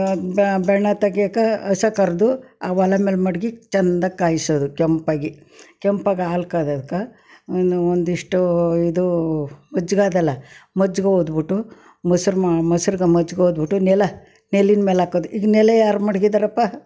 ಬ ಬೆಣ್ಣೆ ತೆಗ್ಯೋಕೆ ಹಸು ಕರೆದು ಆ ಒಲೆ ಮೇಲೆ ಮಡ್ಕೆ ಚೆಂದಾಗ ಕಾಯಿಸೋದು ಕೆಂಪಾಗಿ ಕೆಂಪಾಗಿ ಹಾಲು ಕಾದಾಕ ಒಂದು ಒಂದಿಷ್ಟು ಇದು ಮಜ್ಗೆ ಅದಲ್ಲ ಮಜ್ಗೆ ಹುಯ್ದ್ಬಿಟ್ಟು ಮೊಸರು ಮಾ ಮೊಸರಿಗೆ ಮಜ್ಗೆ ಹುಯ್ದ್ಬಿಟ್ಟು ನೆಲ ನೆಲ್ಲಿನ ಮೇಲೆ ಹಾಕೋದು ಈಗ ನೆಲ್ಲಿ ಯಾರು ಮಡ್ಗಿದ್ದಾರಪ್ಪ